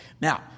Now